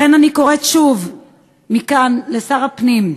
לכן, אני קוראת שוב מכאן לשר הפנים: